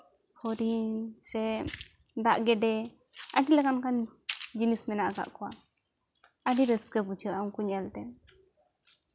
ᱦᱚᱨᱤᱱ ᱥᱮ ᱫᱟᱜ ᱜᱮᱰᱮ ᱟᱹᱰᱤ ᱞᱮᱠᱟᱱ ᱚᱱᱠᱟᱱ ᱡᱤᱱᱤᱥ ᱢᱮᱱᱟᱜ ᱠᱟᱜ ᱠᱚᱣᱟ ᱟᱹᱰᱤ ᱨᱟᱹᱥᱠᱟᱹ ᱵᱩᱡᱷᱟᱹᱜᱼᱟ ᱩᱱᱠᱩ ᱧᱮᱞᱛᱮ